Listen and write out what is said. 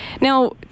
Now